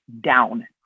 down